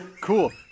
Cool